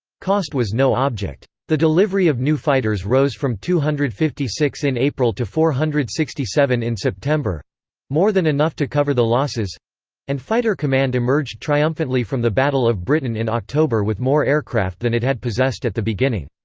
cost was no object. the delivery of new fighters rose from two hundred and fifty six in april to four hundred and sixty seven in september more than enough to cover the losses and fighter command emerged triumphantly from the battle of britain in october with more aircraft than it had possessed at the beginning.